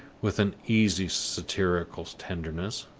with an easy satirical tenderness.